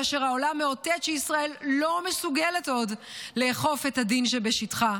כאשר העולם מאותת שישראל לא מסוגלת עוד לאכוף את הדין שבשטחה.